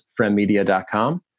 friendmedia.com